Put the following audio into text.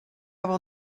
will